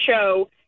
show